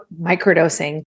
microdosing